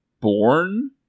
Born